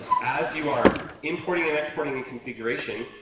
as you are importing and exporting in configuration,